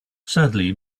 sadly